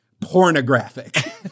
pornographic